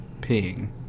peeing